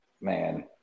man